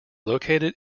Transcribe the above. located